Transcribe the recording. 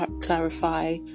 clarify